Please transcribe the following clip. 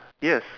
yes